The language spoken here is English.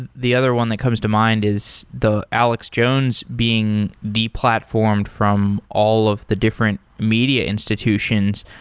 the the other one that comes to mind is the alex jones being deplatformed from all of the different media institutions.